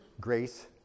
grace